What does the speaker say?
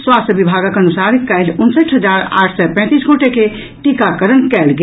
स्वास्थ्य विभागक अनुसार काल्हि उनसठि हजार आठ सय पैंतीस गोटे के टीकाकरण कयल गेल